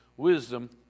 Wisdom